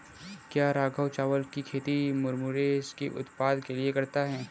क्या राघव चावल की खेती मुरमुरे के उत्पाद के लिए करता है?